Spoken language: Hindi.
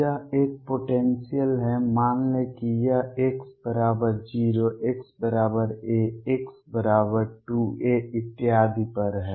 यह एक पोटेंसियल है मान लें कि यह x0 xa x2a इत्यादि पर है